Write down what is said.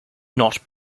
not